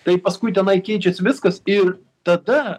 tai paskui tenai keičiasi viskas ir tada